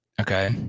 okay